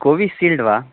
Covishield वा